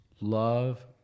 love